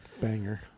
Banger